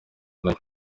nayo